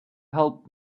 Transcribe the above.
helped